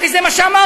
הרי זה מה שאמרת.